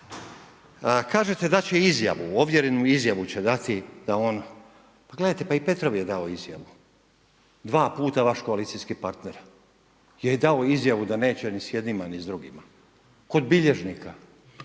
Kažete dat će izjavu, ovjerenu izjavu će dati da on, gledajte pa i Petrov je dao izjavu dva puta vaš koalicijski partner je dao izjavu da neće ni s jednima, ni s drugima kod bilježnika.